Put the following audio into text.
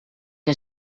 que